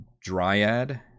Dryad